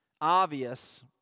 obvious